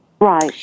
Right